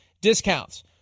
discounts